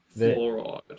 Fluoride